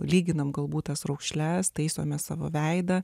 lyginame galbūt tas raukšles taisome savo veidą